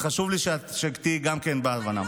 חשוב לי שתהיי גם כן בהבנה.